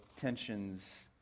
tensions